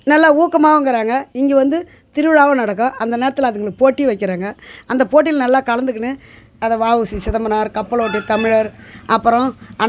நல்லா ஊக்கமாகவும் இருக்கிறாங்க இங்கே வந்து திருவிழாவும் நடக்கும் அந்த நேரத்தில் அதுங்களுக்கு போட்டியும் வைக்கிறாங்க அந்த போட்டியில நல்லா கலந்துக்கினு அதை வா உ சி சிதம்பரனார் கப்பல் ஓட்டிய தமிழர் அப்பறம் அ